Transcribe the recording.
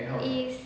is